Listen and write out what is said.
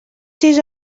sis